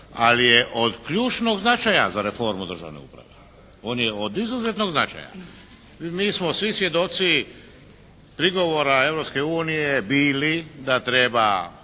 ali je od ključnog značaja za reformu državne uprave, on je od izuzetnog značaja. Mi smo svi svjedoci prigovora Europske unije bili da treba